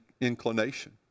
inclination